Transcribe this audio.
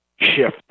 shift